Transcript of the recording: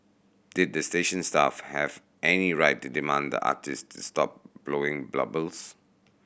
did the station staff have any right to demand the artist to stop blowing bubbles